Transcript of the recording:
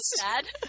sad